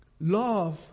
Love